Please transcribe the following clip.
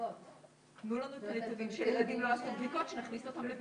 נעדכן הורים, גם משרד